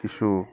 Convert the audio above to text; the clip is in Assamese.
কিছু